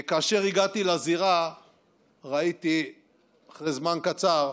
כאשר הגעתי לזירה אחרי זמן קצר,